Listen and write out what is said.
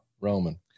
Roman